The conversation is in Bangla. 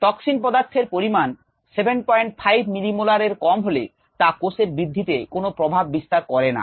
টক্সিন পদার্থের পরিমাণ 75 মিলিমোলার এর কম হলে তা কোষের বৃদ্ধিতে কোন রকম প্রভাব বিস্তার করে না